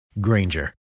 Granger